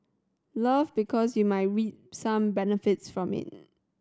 love because you might reap some benefits from it